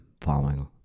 following